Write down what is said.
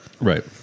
Right